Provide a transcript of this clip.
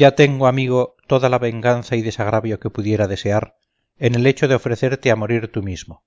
ya tengo amigo toda la venganza y desagravio que pudiera desear en el hecho de ofrecerte a morir tú mismo